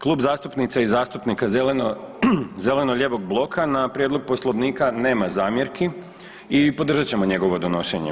Klub zastupnica i zastupnika zeleno-lijevog bloka na prijedlog Poslovnika nema zamjerki i podržat ćemo njegovo donošenje.